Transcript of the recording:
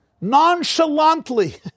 nonchalantly